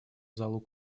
залу